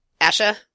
Asha